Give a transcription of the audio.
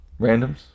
randoms